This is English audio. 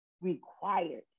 required